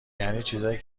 یعنی، چیزایی